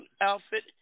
outfit